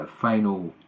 final